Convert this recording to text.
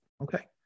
okay